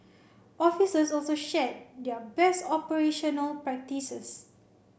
officers also shared their best operational practices